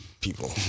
people